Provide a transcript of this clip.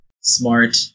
smart